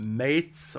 mates